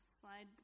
slide